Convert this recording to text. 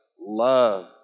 love